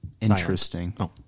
interesting